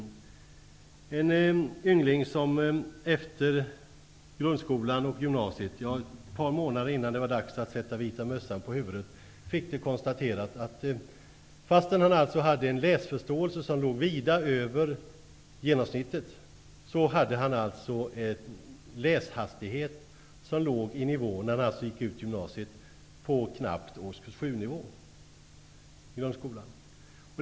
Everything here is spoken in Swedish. Det var en yngling som efter grundskolan och gymnasiet, ja, ett par månader innan det var dags att sätta vita mössan på huvudet, fick det konstaterat att fastän han hade en läsförståelse som låg vida över genomsnittet hade han en läshastighet som knappt låg på nivån för årskurs 7 i grundskolan.